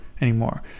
anymore